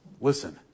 Listen